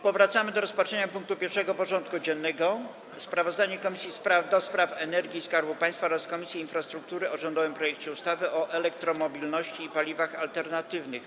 Powracamy do rozpatrzenia punktu 1. porządku dziennego: Sprawozdanie Komisji do Spraw Energii i Skarbu Państwa oraz Komisji Infrastruktury o rządowym projekcie ustawy o elektromobilności i paliwach alternatywnych.